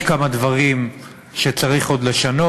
יש עוד כמה דברים שצריך עוד לשנות,